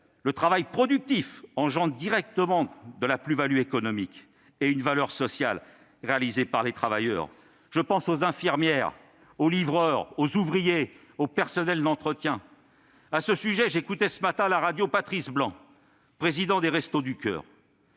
Le travail productif engendre directement une plus-value économique et une valeur sociale. Il est réalisé par les travailleurs : je pense aux infirmières, aux livreurs, aux ouvriers, aux personnels d'entretien ... À ce sujet, j'écoutais ce matin à la radio Patrice Blanc, président des Restos du coeur,